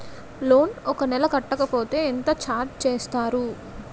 Loan ఒక నెల కట్టకపోతే ఎంత ఛార్జ్ చేస్తారు?